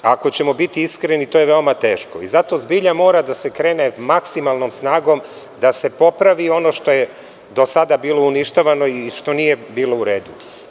Ako ćemo biti iskreni to je veoma teško i zato zbilja mora da se krene maksimalnom snagom da se popravi ono što je do sada bilo uništavano i što nije bilo u redu.